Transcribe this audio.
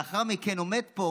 לאחר מכן עומד פה